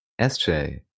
sj